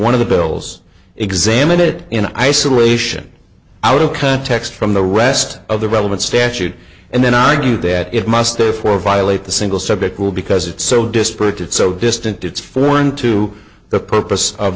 one of the bills examine it in isolation out of context from the rest of the relevant statute and then argue that it must therefore violate the single subject will because it's so disparate it's so distant it's foreign to the purpose of